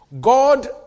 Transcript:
God